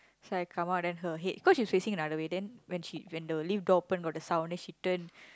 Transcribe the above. so I come out then her head cause she facing another way then when she when the lift door open got the sound then she turn